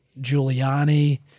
Giuliani